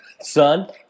son